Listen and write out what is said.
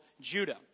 Judah